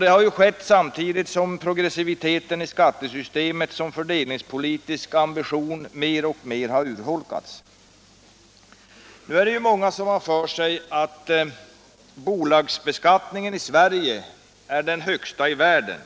Det har skett samtidigt som progressiviteten i skattesystemet som fördelningspolitisk ambition mer och mer har urholkats. Många har för sig att bolagsbeskattningen i Sverige är den högsta i världen.